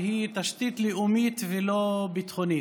שהיא תשתית לאומית ולא ביטחונית.